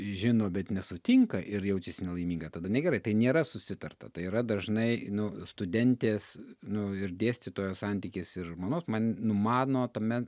žino bet nesutinka ir jaučiasi nelaiminga tada negerai tai nėra susitarta tai yra dažnai nu studentės nu ir dėstytojo santykis ir žmonos man nu mano tame